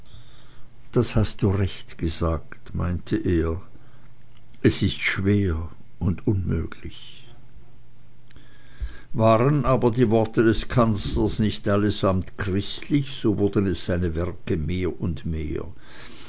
das hast du recht gesagt meinte er es ist schwer und unmöglich waren aber die worte des kanzlers nicht allesamt christlich so wurden es seine werke je mehr und mehr